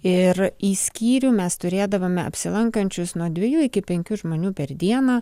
ir į skyrių mes turėdavome apsilankančius nuo dvejų iki penkių žmonių per dieną